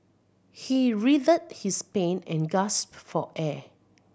he writhed his pain and gasped for air